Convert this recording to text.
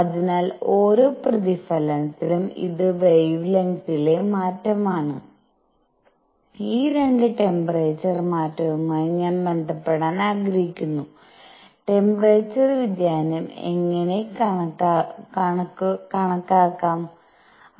അതിനാൽ ഓരോ പ്രതിഫലനത്തിലും ഇത് വെവെലെങ്ത്തിലെ മാറ്റമാണ് ഈ 2 ട്ടെമ്പേറെചർ മാറ്റവുമായി ഞാൻ ബന്ധപ്പെടാൻ ആഗ്രഹിക്കുന്നു ട്ടെമ്പേറെചർ വ്യതിയാനം എങ്ങനെ കണക്കാക്കാം